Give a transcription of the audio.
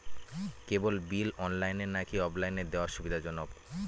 কেবল bill অনলাইনে নাকি অফলাইনে দেওয়া সুবিধাজনক?